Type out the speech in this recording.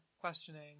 questioning